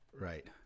Right